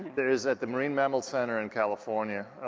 there is at the marine mammal center in california,